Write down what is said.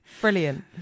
Brilliant